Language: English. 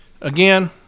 Again